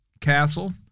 Castle